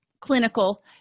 clinical